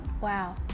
wow